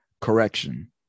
correction